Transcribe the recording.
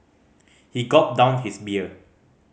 he gulped down his beer